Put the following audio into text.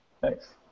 Thanks